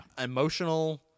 emotional